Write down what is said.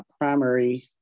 primary